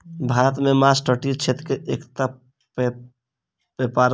भारत मे माँछ तटीय क्षेत्र के एकटा पैघ व्यापार अछि